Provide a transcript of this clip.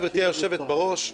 גברתי היושבת-בראש,